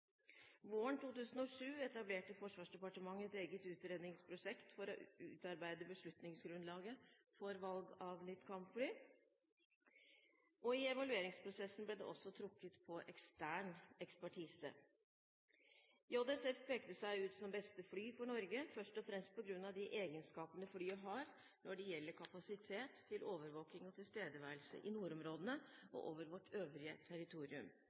Våren 2007 etablerte Forsvarsdepartementet et eget utredningsprosjekt for å utarbeide beslutningsgrunnlaget for valg av nytt kampfly. I evalueringsprosessen ble det også trukket på ekstern ekspertise. JSF pekte seg ut som det beste flyet for Norge, først og fremst på grunn av de egenskapene flyet har når det gjelder kapasitet til overvåking og tilstedeværelse i nordområdene, og over vårt øvrige territorium.